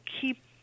keep –